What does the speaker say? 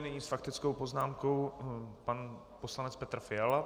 Nyní s faktickou poznámkou pan poslanec Petr Fiala.